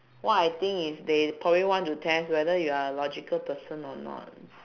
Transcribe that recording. what I think is they probably want to test whether you are a logical person or not